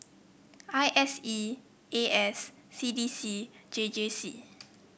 I S E A S C D C J J C